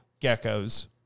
geckos